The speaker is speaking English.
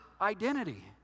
identity